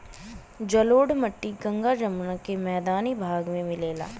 जलोढ़ मट्टी गंगा जमुना के मैदानी भाग में मिलला